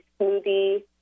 smoothie